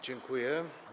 Dziękuję.